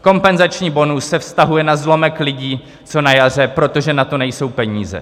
Kompenzační bonus se vztahuje na zlomek lidí, co na jaře, protože na to nejsou peníze.